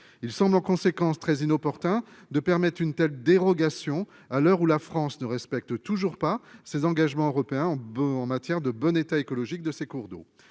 il semble en conséquence très inopportun de permettre une telle dérogation à l'heure où la France ne respecte toujours pas ses engagements européens ont beau en matière de bon état écologique de ces cours d'eau,